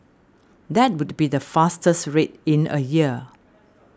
that would be the fastest rate in a year